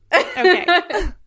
Okay